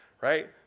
right